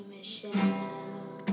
Michelle